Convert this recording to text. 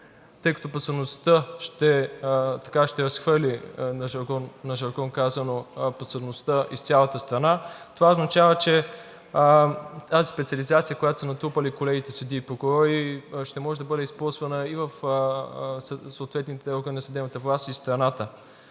тъй като ще се разхвърли, казано на жаргон, подсъдността из цялата страна. Това означава, че тази специализация, която са натрупали колегите съдии и прокурори, ще може да бъде използвана и в съответните органи на съдебната власт из страната.